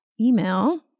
email